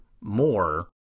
more